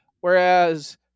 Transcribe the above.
whereas